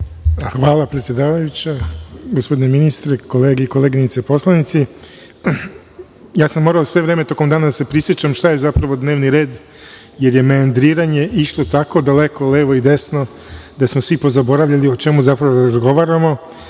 Hvala, predsedavajuća. Gospodine ministre, koleginice i kolege poslanici, ja sam morao sve vreme tokom današnjeg dana da se prisećam šta je zapravo dnevni red, jer je meandriranje išlo tako, daleko levo i desno, da smo svi pozaboravljali o čemu zapravo razgovaramo,